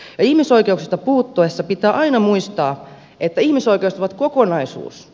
ja ihmisoikeuksista puhuttaessa pitää aina muistaa että ihmisoikeudet ovat kokonaisuus